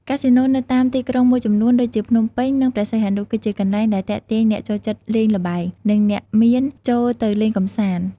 កាស៊ីណូនៅតាមទីក្រុងមួយចំនួន ដូចជាភ្នំពេញ និងព្រះសីហនុ គឺជាកន្លែងដែលទាក់ទាញអ្នកចូលចិត្តលេងល្បែង និងអ្នកមានចូលទៅលេងកម្សាន្ត។